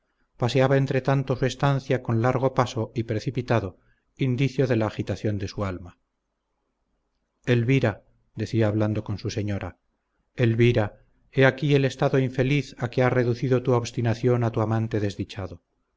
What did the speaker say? paseaba entretanto su estancia con paso largo y precipitado indicio de la agitación de su alma elvira decía hablando con su señora elvira he aquí el estado infeliz a que ha reducido tu obstinación a tu amante desdichado